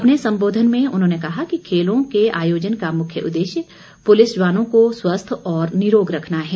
अपने संबोधन में उन्होंने कहा कि खेलों के आयोजन का मुख्य उददेश्य पुलिस जवानों को स्वस्थ और निरोग रखना है